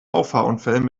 auffahrunfällen